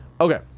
okay